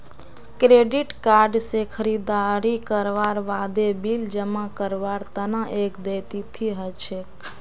credit card स खरीददारी करवार बादे बिल जमा करवार तना एक देय तिथि ह छेक